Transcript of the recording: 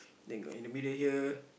then got in the middle here